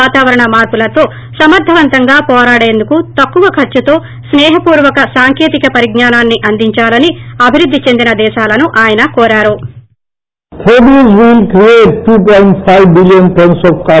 వాతావరణ మార్పులతో సమర్దవంతంగా పోరాడేందుకు తక్కువ ఖర్సుతో స్కే హపూర్వక సాంకేతిక పరిజ్ఞానాన్ని అందించాలని అభివృద్ది చెందిన దేశాలను ఆయన కోరారు